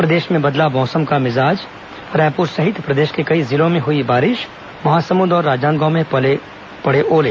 प्रदेश में बदला मौसम का मिजाज रायपुर सहित प्रदेश के कई जिलों में हुई बारिश महासमुंद और राजनांदगांव में पड़े ओले